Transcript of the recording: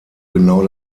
genau